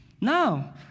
No